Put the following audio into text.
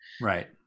right